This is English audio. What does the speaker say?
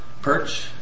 perch